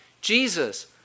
Jesus